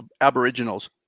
Aboriginals